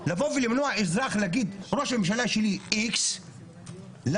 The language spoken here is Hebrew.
לבוא ולמנוע מאזרח להגיד: ראש הממשלה שלי X. למה?